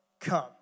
Come